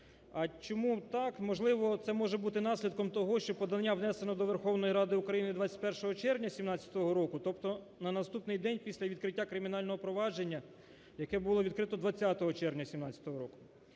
А чому так. Можливо, це може бути наслідком того, що подання внесено до Верховної Ради України 21 червня 2017 року, тобто на наступний день після відкриття кримінального провадження, яке було відкрито 20 червня 2017 року.